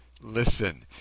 listen